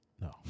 No